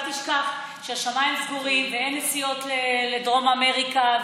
אל תשכח שהשמיים סגורים ואין נסיעות לדרום אמריקה,